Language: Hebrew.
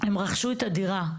הם רכשו את הדירה.